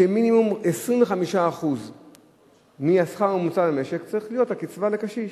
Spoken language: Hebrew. שמינימום 25% מהשכר הממוצע במשק צריך להיות הקצבה לקשיש.